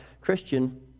Christian